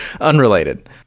Unrelated